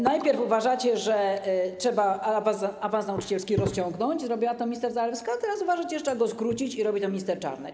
Najpierw uważacie, że trzeba awans nauczycielski rozciągnąć - zrobiła to minister Zalewska - a teraz uważacie, że trzeba go skrócić i robi to minister Czarnek.